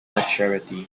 maturity